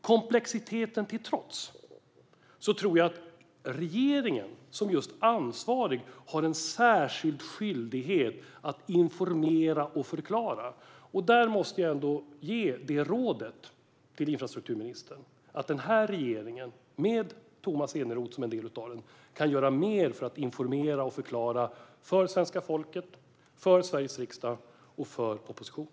Komplexiteten till trots tror jag att regeringen som just ansvarig har en särskild skyldighet att informera och förklara. Där måste jag ändå ge rådet till infrastrukturministern att denna regering - Tomas Eneroth är en del av den - kan göra mer för att informera och förklara för svenska folket, för Sveriges riksdag och för oppositionen.